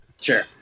Sure